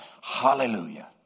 Hallelujah